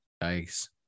Nice